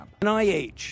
NIH